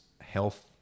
health